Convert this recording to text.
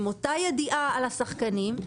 עם אותה ידיעה של השחקנים,